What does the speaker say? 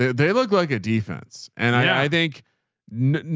they look like a defense. and i think now,